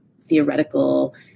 theoretical